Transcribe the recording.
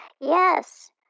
yes